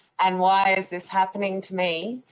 and why is this happening to me?